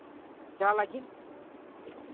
ᱪᱟᱞᱟᱜ ᱞᱟᱹᱜᱤᱫ